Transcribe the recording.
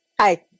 Hi